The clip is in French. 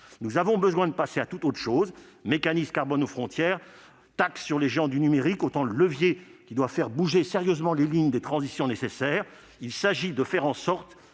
Nous avons besoin de passer à tout autre chose : mécanisme carbone aux frontières, taxe sur les géants du numérique. Autant de leviers qui doivent faire bouger sérieusement les lignes des transitions nécessaires ! Il s'agit de faire en sorte